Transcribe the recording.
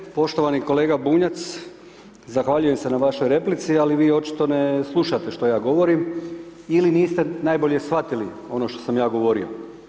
Zahvaljujem poštovani kolega Bunjac, zahvaljujem se na vašoj replici, ali vi očito ne slušate što ja govorim ili niste najbolje shvatili ono što sam ja govorio.